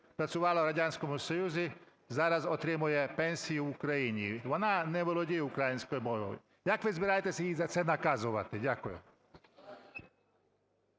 працювала в Радянському Союзі, зараз отримує пенсію в Україні. Вона не володіє українською мовою. Як ви збираєтесь її за це наказувати? Дякую.